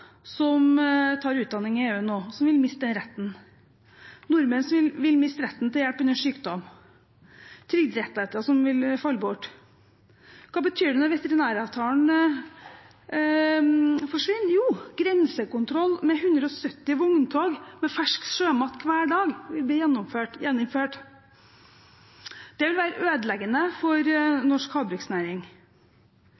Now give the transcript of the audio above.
som nå tar utdanning i EU, som vil miste den retten? Nordmenn vil miste retten til hjelp under sykdom, trygderettigheter vil falle bort. Hva betyr det når veterinæravtalen forsvinner? Jo, grensekontroll med 170 vogntog med fersk sjømat hver dag vil bli gjeninnført, og det vil være ødeleggende for